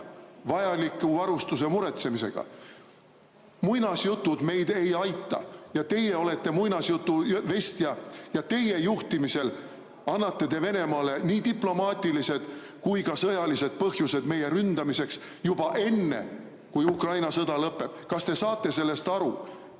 vajaliku varustuse muretsemisega. Muinasjutud meid ei aita! Teie olete muinasjutuvestja ja teie juhtimisel annate te Venemaale nii diplomaatilised kui ka sõjalised põhjused meie ründamiseks juba enne, kui Ukraina sõda lõpeb. Kas te saate sellest aru?